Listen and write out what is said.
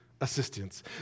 assistance